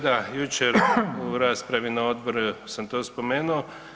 Da, jučer u raspravi na odboru sam to spomenuo.